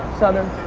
southern.